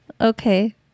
okay